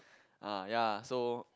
uh ya so